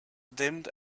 dimmed